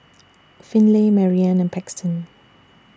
Finley Marianne and Paxton